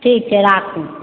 ठीक छै राखू